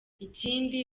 ikindi